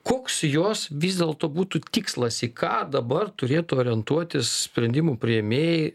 koks jos vis dėlto būtų tikslas į ką dabar turėtų orientuotis sprendimų priėmėjai